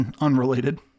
unrelated